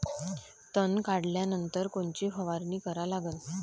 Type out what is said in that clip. तन काढल्यानंतर कोनची फवारणी करा लागन?